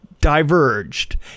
diverged